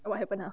what happen ah